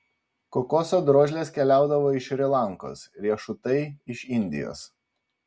kokoso drožlės keliaudavo iš šri lankos riešutai iš indijos